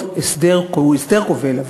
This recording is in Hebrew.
הוא הסדר כובל,